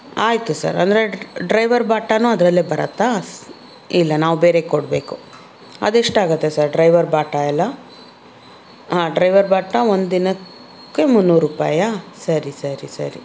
ಆಯಿತು ಸರ್ ಅಂದರೆ ಡ್ರೈವರ್ ಬಾಟಾನು ಅದರಲ್ಲೇ ಬರತ್ತಾ ಇಲ್ಲ ನಾವು ಬೇರೆ ಕೊಡಬೇಕು ಅದೆಷ್ಟಾಗತ್ತೆ ಸರ್ ಡ್ರೈವರ್ ಬಾಟ ಎಲ್ಲ ಹಾಂ ಡ್ರೈವರ್ ಬಾಟ ಒಂದು ದಿನಕ್ಕೆ ಮುನ್ನೂರು ರೂಪಾಯಾ ಸರಿ ಸರಿ ಸರಿ